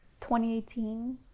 2018